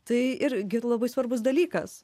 tai irgi labai svarbus dalykas